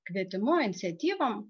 kvietimu iniciatyvom